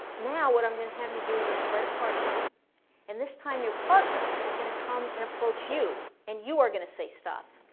now what i'm gonna have you do is spread apart again and this time your partner is gonna come and approach you and you are gonna stay stop